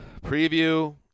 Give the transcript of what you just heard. preview